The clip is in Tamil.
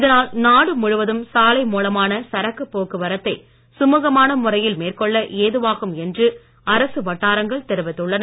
இதனால் நாடு முழுவதும் சாலை மூலமான சரக்கு போக்குவரத்தை சுழுகமான முறையில் மேற்கொள்ள ஏதுவாகும் என்று அரசு வட்டாரங்கள் தெரிவித்துள்ளன